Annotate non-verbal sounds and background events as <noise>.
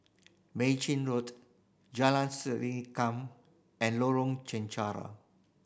Mei Chin Road Jalan <unintelligible> Come and Lorong Chencharu